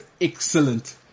excellent